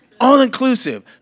all-inclusive